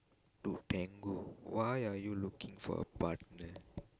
to tango why are you looking for a partner